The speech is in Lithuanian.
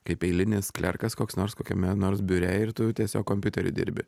kaip eilinis klerkas koks nors kokiame nors biure ir tu tiesiog kompiuteriu dirbi